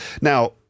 Now